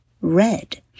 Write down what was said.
red